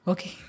Okay